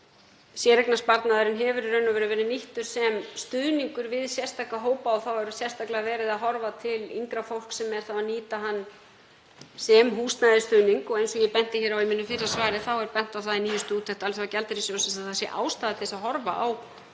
séreignarsparnaðurinn í raun og veru verið nýttur sem stuðningur við sérstakra hópa og þá er sérstaklega verið að horfa til yngra fólks sem nýtir hann sem húsnæðisstuðning. Og eins og ég benti á í mínu fyrra svari er bent á það í nýjustu úttekt Alþjóðagjaldeyrissjóðsins að það sé ástæða til þess að horfa á